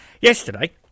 Yesterday